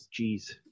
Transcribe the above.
jeez